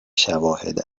شواهد